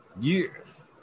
years